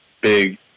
big